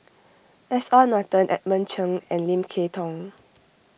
S R Nathan Edmund Cheng and Lim Kay Tong